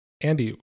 Andy